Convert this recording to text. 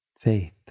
faith